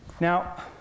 Now